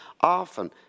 often